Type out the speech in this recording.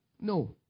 No